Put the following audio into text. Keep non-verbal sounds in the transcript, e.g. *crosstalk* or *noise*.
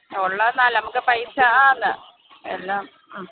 *unintelligible* നമുക്ക് പൈസ ആന്ന് എല്ലാം മ്മ്